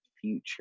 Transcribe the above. future